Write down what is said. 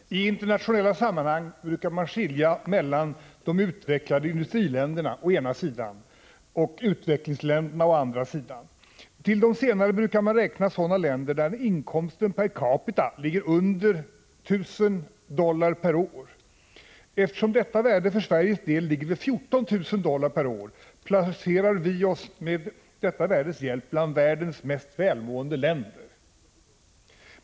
Herr talman! I internationella sammanhang brukar man skilja mellan de utvecklade industriländerna å ena sidan och utvecklingsländerna å andra sidan. Till de senare brukar räknas sådana länder där inkomsten per capita ligger under 1 000 dollar per år. Eftersom detta värde för Sveriges del ligger vid 14 000 dollar per år, placerar vi oss med detta värdes hjälp bland världens mest välmående länder.